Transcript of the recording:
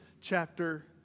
chapter